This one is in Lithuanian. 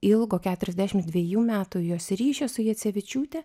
ilgo keturiasdešim dvejų metų jos ryšio su jacevičiūte